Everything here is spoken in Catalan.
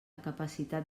capacitat